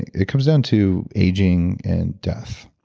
it comes down to aging and death.